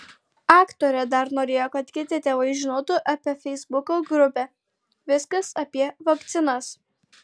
aktorė dar norėjo kad kiti tėvai žinotų apie feisbuko grupę viskas apie vakcinas